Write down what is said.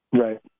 right